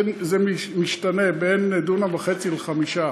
זה משתנה בין דונם וחצי ל-5,